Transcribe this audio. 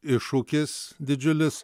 iššūkis didžiulis